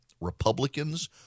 Republicans